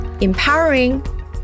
empowering